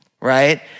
right